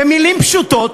במילים פשוטות,